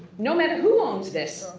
no matter who owns this.